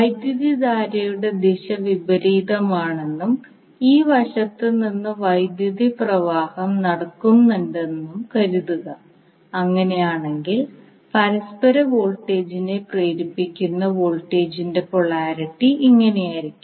വൈദ്യുതധാരയുടെ ദിശ വിപരീതമാണെന്നും ഈ വശത്ത് നിന്ന് വൈദ്യുത പ്രവാഹം നടക്കുന്നുണ്ടെന്നും കരുതുക അങ്ങനെയാണെങ്കിൽ പരസ്പര വോൾട്ടേജിനെ പ്രേരിപ്പിക്കുന്ന വോൾട്ടേജിന്റെ പൊളാരിറ്റി ഇങ്ങനെയായിരിക്കും